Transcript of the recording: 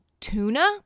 tuna